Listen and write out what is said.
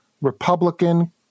Republican